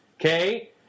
Okay